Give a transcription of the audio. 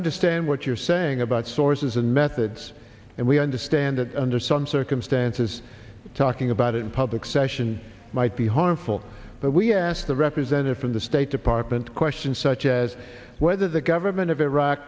understand what you're saying about sources and methods and we understand that under some circumstances talking about it in public session might be harmful but we asked the representative from the state department question such as whether the government of iraq